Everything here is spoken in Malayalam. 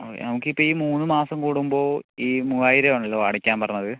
നമുക്ക് ഇപ്പോൾ ഈ മൂന്ന് മാസം കൂടുമ്പോൾ ഈ മൂവായിരം ആണല്ലോ അടക്കാൻ പറഞ്ഞത്